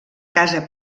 casa